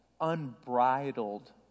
unbridled